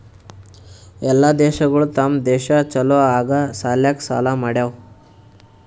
ಎಲ್ಲಾ ದೇಶಗೊಳ್ ತಮ್ ದೇಶ ಛಲೋ ಆಗಾ ಸಲ್ಯಾಕ್ ಸಾಲಾ ಮಾಡ್ಯಾವ್